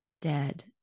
Dead